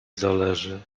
zależy